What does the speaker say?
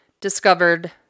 discovered